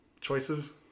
choices